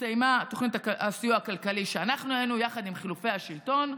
יחד עם חילופי השלטון,